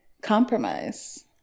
compromise